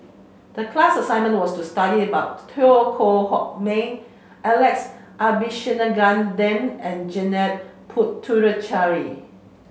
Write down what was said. the class assignment was to study about Teo Koh Sock Miang Alex Abisheganaden and Janil Puthucheary